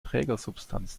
trägersubstanz